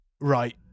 Right